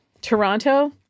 Toronto